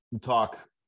talk